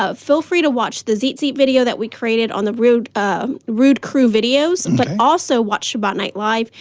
ah feel free to watch the the video that we created on the rood um rood crew videos, but also watch shabbat night live,